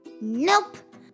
Nope